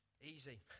Easy